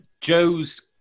joe's